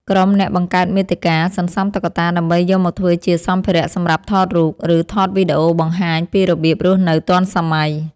ក្រុម អ្នកបង្កើតមាតិកា សន្សំតុក្កតាដើម្បីយកមកធ្វើជាសម្ភារៈសម្រាប់ថតរូប ឬថតវីដេអូបង្ហាញពីរបៀបរស់នៅទាន់សម័យ។